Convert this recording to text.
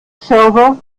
server